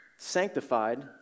sanctified